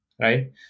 right